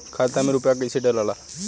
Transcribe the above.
खाता में रूपया कैसे डालाला?